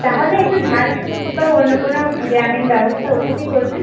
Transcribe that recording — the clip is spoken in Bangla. তাহলে একটু ঝাড় ফুঁক বা অন্য কোনো গ্রামীণ ব্যবস্থা ওসবই করবেন